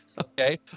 Okay